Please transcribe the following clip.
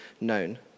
known